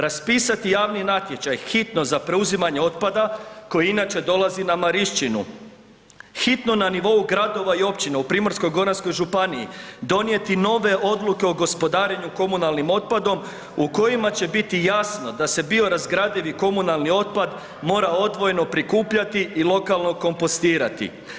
Raspisati javni natječaj hitno za preuzimanje otpada koji inače dolazi na Marišćinu, hitno na nivou gradova i općina u Primorsko-goranskoj županiji donijeti nove odluke o gospodarenju komunalnim otpadom u kojima će biti jasno da se biorazgradivi komunalni otpad mora odvojeno prikupljati i lokalno kompostirati.